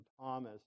Thomas